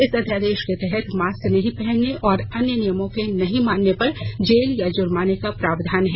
इस अध्यादेश के तहत मास्क नहीं पहनने और अन्य नियमों के नहीं मानने पर जेल और जुर्माने का प्रावधान है